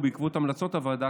ובעקבות המלצות הוועדה,